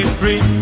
free